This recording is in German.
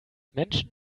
menschen